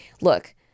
look